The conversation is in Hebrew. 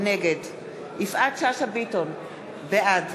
נגד יפעת שאשא ביטון, בעד